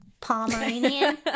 Pomeranian